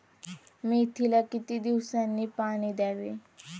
मेथीला किती दिवसांनी पाणी द्यावे?